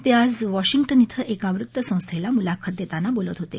ते आज वॉशिंग्टन इथं एका वृत्त संस्थेला मुलाखत देताना बोलत होते